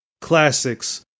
classics